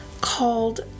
called